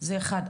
זה אחד.